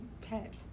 pet